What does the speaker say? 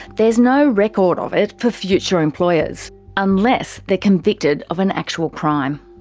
there's no record of it for future employers unless they're convicted of an actual crime.